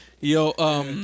Yo